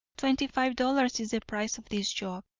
twenty-five dollars is the price of this job.